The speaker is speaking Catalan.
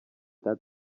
tal